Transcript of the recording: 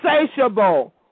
insatiable